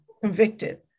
convicted